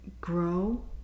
grow